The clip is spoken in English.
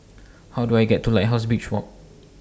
How Do I get to Lighthouse Beach Walk